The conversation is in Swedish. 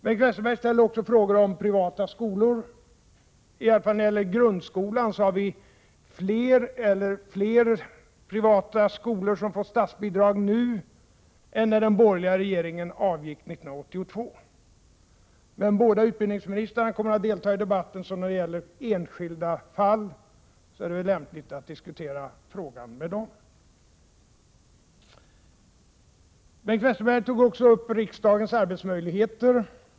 Bengt Westerberg ställde också frågor om privata skolor. På grundskolenivå finns det nu fler privata skolor som får statsbidrag än det fanns när den borgerliga regeringen avgick 1982. Nu kommer båda utbildningsministrarna att delta i debatten, varför det är lämpligt att diskutera de enskilda skolorna med dem. Bengt Westerberg tog också upp till diskussion frågan om riksdagens arbetsmöjligheter.